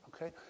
Okay